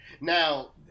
Now